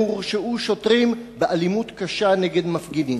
הורשעו שוטרים באלימות קשה נגד מפגינים.